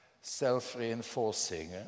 self-reinforcing